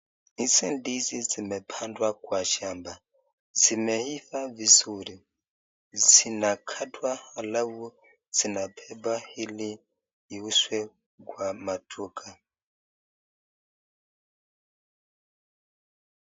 Hizi ndizi zimepandwa kwa shamba, zimeiva vizuri, zinakatwa alafu zinabebwa ili iuzwe kwa maduka.